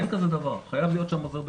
אין כזה דבר, חייב להיות שם עוזר בטיחות.